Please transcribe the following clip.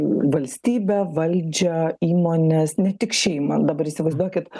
valstybę valdžią įmones ne tik šeimą dabar įsivaizduokit